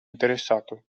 interessato